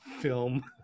film